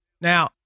now